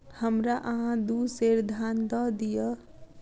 हमरा अहाँ दू सेर धान दअ दिअ